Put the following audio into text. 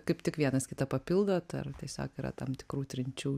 kaip tik vienas kitą papildot ar tiesiog yra tam tikrų trinčių